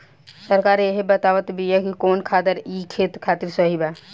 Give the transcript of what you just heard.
सरकार इहे बतावत बिआ कि कवन खादर ई खेत खातिर सही बा